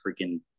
freaking